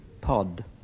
Pod